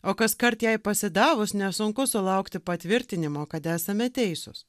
o kaskart jai pasidavus nesunku sulaukti patvirtinimo kad esame teisūs